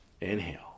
Inhale